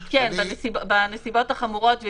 בנסיבות החמורות.